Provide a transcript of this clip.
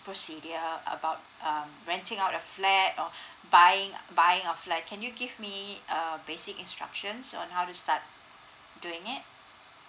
procedure about uh renting out a flat or buy buying of flat can you give me err basic instructions on how to start doing it